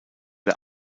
der